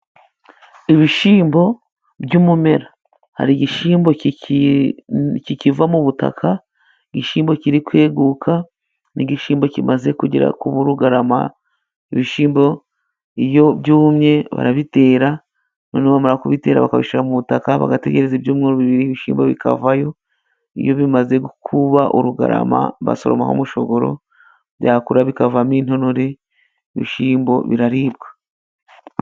Ibishyimbo by'umumera. Hari igishyimbo kikiva mu butaka, igishyimbo kiri kweguka n'igishyimbo kimaze kugera ku kuba urugarama. Ibishyimbo iyo byumye barabitera, noneho bamara kubitera bakabishyira mu butaka bagategereza ibyumweru bibiri ibishyimbo bikavayo. Iyo bimaze kuba urugarama, basoromaho umushogoro byakura bikavamo intonore. Ibishyimbo biraribwa.